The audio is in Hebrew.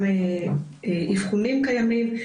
גם אבחונים קיימים.